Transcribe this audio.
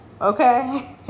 okay